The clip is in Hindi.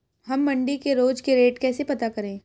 हम मंडी के रोज के रेट कैसे पता करें?